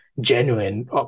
genuine